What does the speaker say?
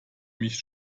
mich